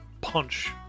punch